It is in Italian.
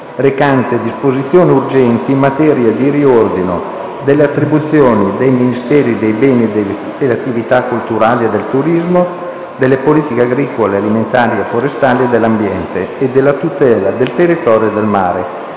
recante disposizioni urgenti in materia di riordino delle attribuzioni dei Ministeri dei beni e delle attività culturali e del turismo, delle politiche agricole alimentari e forestali e dell'ambiente e della tutela del territorio e del mare,